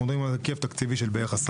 אנו מדברים על הרכב תקציבי של כ-10,